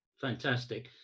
Fantastic